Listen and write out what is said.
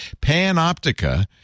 Panoptica